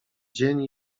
dzień